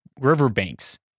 riverbanks